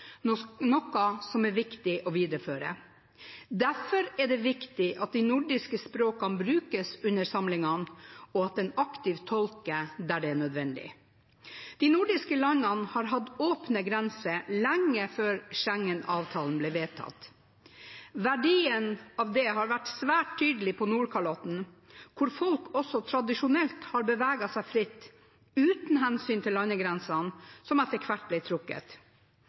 språk, noe som er viktig å videreføre. Derfor er det viktig at de nordiske språkene brukes under samlingene, og at en aktivt tolker der det er nødvendig. De nordiske landene har hatt åpne grenser lenge før Schengen-avtalen ble vedtatt. Verdien av det har vært svært tydelig på Nordkalotten, hvor folk også tradisjonelt har beveget seg fritt, uten hensyn til landegrensene som etter hvert ble trukket.